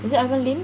is it ivan lim